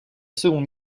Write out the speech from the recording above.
seconde